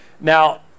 now